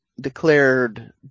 declared